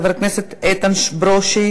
חבר הכנסת יואל רזבוזוב,